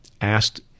asked